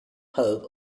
hope